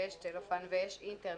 ויש אינטרנט,